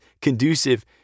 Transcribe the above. conducive